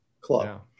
club